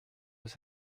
was